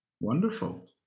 wonderful